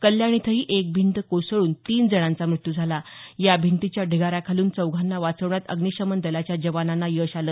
कल्याण इथंही एक भिंत कोसळून तीन जणांचा मृत्यू झाला या भिंतीच्या ढिगाऱ्याखालून चौघांना वाचवण्यात अग्निशमन दलाच्या जवानांना यश आलं